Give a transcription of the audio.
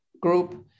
group